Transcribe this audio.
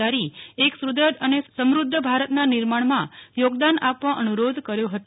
તારી સુદ્રઢ અને સમૃધ્ધ ભારતના નિર્માણમાં યોગદાન આપવા અનુરોધ કર્યો હતો